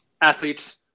athletes